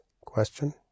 question